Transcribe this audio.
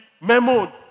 memo